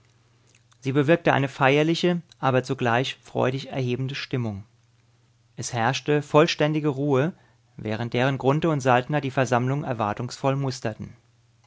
sie bewirkte eine feierliche aber zugleich freudig erhebende stimmung es herrschte vollständige ruhe während deren grunthe und saltner die versammlung erwartungsvoll musterten